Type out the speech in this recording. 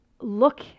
look